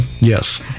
Yes